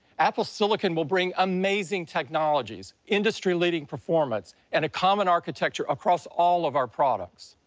apple silicon will bring amazing technologies, industry-leading performance, and a common architecture across all of our products.